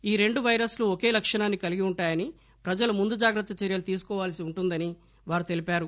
ఈ రెండు పైరస్ లు ఒకే లక్షణాన్ని కలిగి ఉంటాయని ప్రజలు ముందు జాగ్రత్త చర్యలు తీసుకోవాల్సి ఉంటుందని వారు తెలిపారు